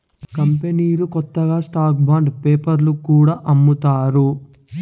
కంపెనీలు కొత్త stock bond పేపర్లో కూడా అమ్ముతారు